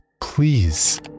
Please